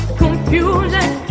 confusion